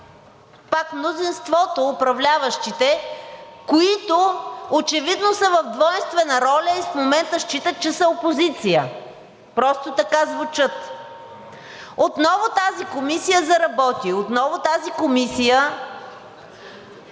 пак мнозинството, управляващите, които очевидно са в двойствена роля и в момента считат, че са опозиция. Просто така звучат. Отново тази комисия заработи. Отново тази комисия